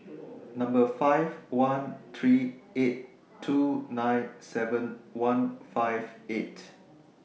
five one three eight two nine seven one five eight